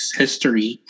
history